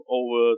over